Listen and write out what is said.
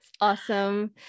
awesome